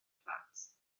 plant